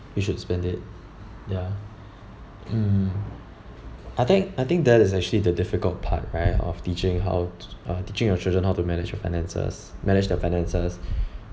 you should spend it ya mm I think I think that is actually the difficult part right of teaching how to uh teaching your children how to manage the finances manage the finances